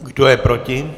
Kdo je proti?